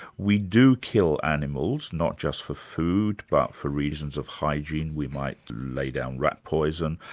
we do kill animals, not just for food, but for reasons of hygiene, we might lay down rat poison,